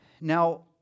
Now